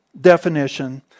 definition